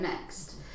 next